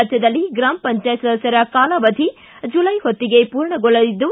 ರಾಜ್ಞದಲ್ಲಿ ಗ್ರಾಮ ಪಂಚಾಯತ್ ಸದಸ್ಟರ ಕಾಲಾವಧಿ ಜುಲೈ ಹೊತ್ತಿಗೆ ಪೂರ್ಣಗೊಳ್ಳಲಿದ್ದು